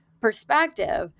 perspective